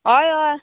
हय हय